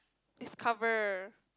discover